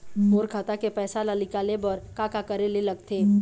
मोर खाता के पैसा ला निकाले बर का का करे ले लगथे?